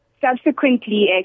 Subsequently